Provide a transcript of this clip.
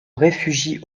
réfugie